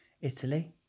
Italy